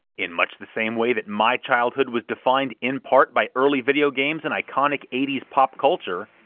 in much the same way that my childhood was defined in part by early video games and iconic eighty s pop culture,